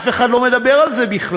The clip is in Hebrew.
אף אחד לא מדבר על זה בכלל.